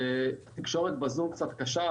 התקשורת בזום קצת קשה,